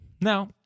Now